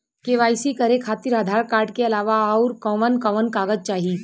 KYC करे खातिर Aadhaar card के अलावा आउरकवन कवन कागज चाहीं?